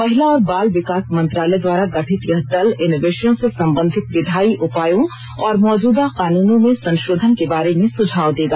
महिला और बाल विकास मंत्रालय द्वारा गठित यह दल इन विषयों से संबंधित विधायी उपायों और मौजूदा कानूनों में संशोधन के बारे में सुझाव देगा